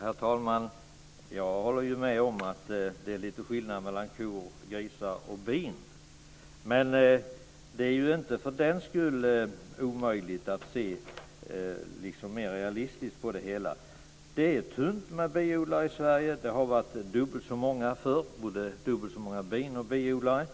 Herr talman! Jag håller med om att det är lite skillnad mellan kor och grisar och bin. Men för den skull är det ju inte omöjligt att se mer realistiskt på det hela. Det är tunt med biodlare i Sverige. De har varit dubbelt så många förr - både dubbelt så många bin och dubbelt så många biodlare.